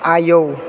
आयौ